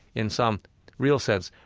in some real sense,